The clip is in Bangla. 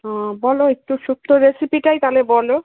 হুম বলো একটু শুক্তো রেসিপিটাই তাহলে বলো